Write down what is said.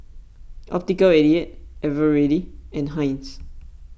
Optical eighty eight Eveready and Heinz